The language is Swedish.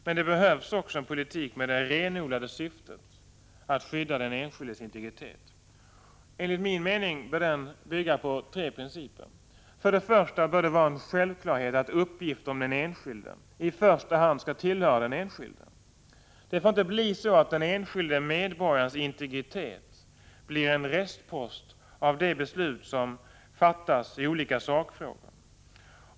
Men det behövs också en politik med det renodlade syftet att skydda den enskildes integritet. Enligt min mening bör denna bygga på tre principer. För det första bör det vara en självklarhet att uppgifter om den enskilde i första hand skall tillhöra den enskilde. Det får inte bli så att den enskilde medborgarens integritet blir en restpost av de beslut som fattas i olika sakfrågor.